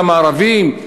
גם הערבים?